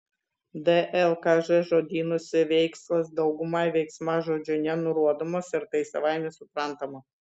dlkž žodynuose veikslas daugumai veiksmažodžių nenurodomas ir tai savaime suprantama